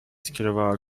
skierowała